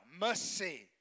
mercy